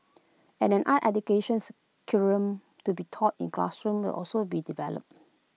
an art educations curriculum to be taught in classrooms also be developed